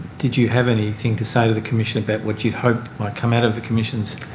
did you have anything to say to the commission about what you had hoped might come out of the commission's